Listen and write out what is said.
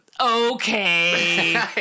Okay